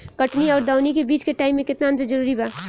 कटनी आउर दऊनी के बीच के टाइम मे केतना अंतर जरूरी बा?